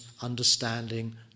understanding